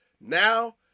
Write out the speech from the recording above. now